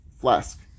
flask